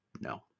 no